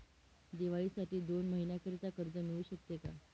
दिवाळीसाठी दोन महिन्याकरिता कर्ज मिळू शकते का?